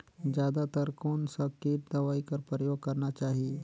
जादा तर कोन स किट दवाई कर प्रयोग करना चाही?